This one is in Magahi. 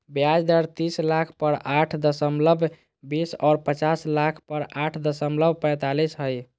ब्याज दर तीस लाख पर आठ दशमलब बीस और पचास लाख पर आठ दशमलब पैतालीस हइ